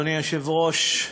אדוני היושב-ראש,